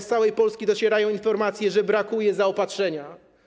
Z całej Polski docierają informacje, że brakuje zaopatrzenia.